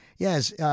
Yes